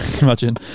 Imagine